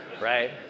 Right